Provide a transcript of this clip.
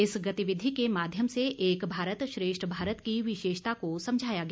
इस गतिविधि के माध्यम से एक भारत श्रेष्ठ भारत की विशेषता को समझाया गया